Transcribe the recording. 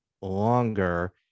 longer